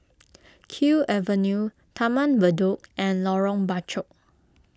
Kew Avenue Taman Bedok and Lorong Bachok